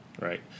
right